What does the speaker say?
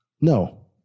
No